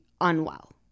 unwell